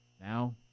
Now